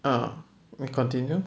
ah we continue